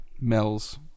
Mel's